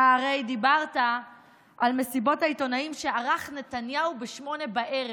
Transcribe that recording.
אתה הרי דיברת על מסיבות העיתונאים שערך נתניהו ב-20:00,